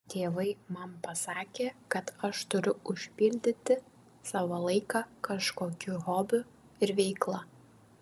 tėvai man pasakė kad aš turiu užpildyti savo laiką kažkokiu hobiu ir veikla